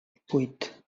vuit